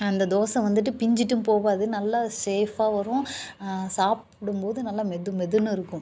அந்த தோசை வந்துட்டு பிஞ்சுட்டும் போகாது நல்லா சேஃப்பாக வரும் சாப்பிடும்போது நல்லா மெது மெதுன்னு இருக்கும்